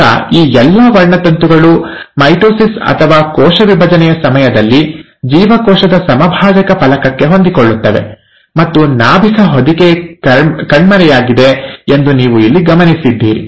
ಈಗ ಈ ಎಲ್ಲಾ ವರ್ಣತಂತುಗಳು ಮೈಟೊಸಿಸ್ ಅಥವಾ ಕೋಶ ವಿಭಜನೆಯ ಸಮಯದಲ್ಲಿ ಜೀವಕೋಶದ ಸಮಭಾಜಕ ಫಲಕಕ್ಕೆ ಹೊಂದಿಕೊಳ್ಳುತ್ತವೆ ಮತ್ತು ನಾಭಿಕ ಹೊದಿಕೆ ಕಣ್ಮರೆಯಾಗಿದೆ ಎಂದು ನೀವು ಇಲ್ಲಿ ಗಮನಿಸಿದ್ದೀರಿ